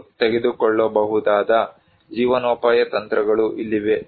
ಜನರು ತೆಗೆದುಕೊಳ್ಳಬಹುದಾದ ಜೀವನೋಪಾಯ ತಂತ್ರಗಳು ಇಲ್ಲಿವೆ